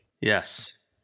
Yes